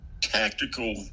tactical